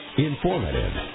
Informative